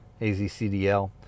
AZCDL